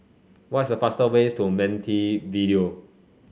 what is the faster ways to Montevideo